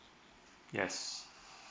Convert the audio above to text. yes